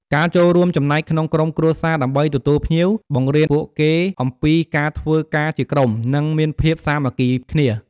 ការចូលរួមចំណែកក្នុងក្រុមគ្រួសារដើម្បីទទួលភ្ញៀវ បង្រៀនពួកគេអំពីការធ្វើការជាក្រុម និងមានភាពសាមគ្គីគ្នា។